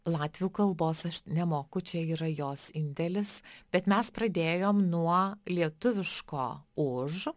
latvių kalbos aš nemoku čia yra jos indėlis bet mes pradėjom nuo lietuviško už